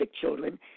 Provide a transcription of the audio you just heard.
children